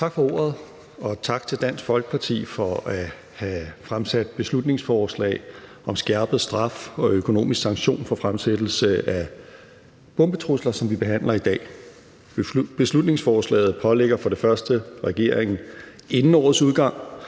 Tak for ordet, og tak til Dansk Folkeparti for at have fremsat beslutningsforslaget, som vi behandler i dag, om skærpet straf og økonomisk sanktion for fremsættelse af bombetrusler. Beslutningsforslaget pålægger for det første regeringen inden årets udgang